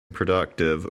productive